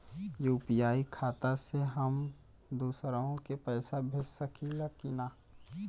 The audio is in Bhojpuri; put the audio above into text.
यू.पी.आई खाता से हम दुसरहु के पैसा भेज सकीला की ना?